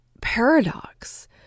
paradox